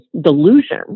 delusion